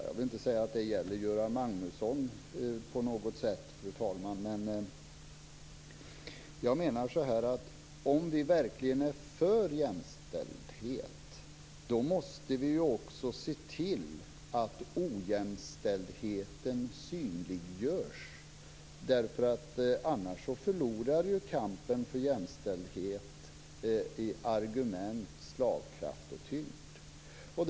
Jag vill inte säga att det gäller Göran Magnusson på något sätt, fru talman. Jag menar bara att om vi verkligen är för jämställdhet måste vi också se till att ojämställdheten synliggörs. Annars förlorar ju kampen för jämställdhet i argument, slagkraft och tyngd.